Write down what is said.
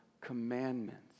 commandments